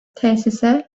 tesise